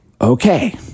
okay